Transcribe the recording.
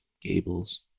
gables